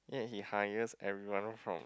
yet he hires everyone from